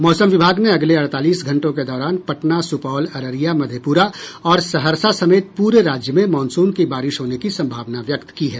मौसम विभाग ने अगले अडतालीस घंटों के दौरान पटना सुपौल अररिया मधेप्रा और सहरसा समेत प्रे राज्य में मॉनसून की बारिश होने की संभावना व्यक्त की है